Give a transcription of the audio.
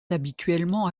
habituellement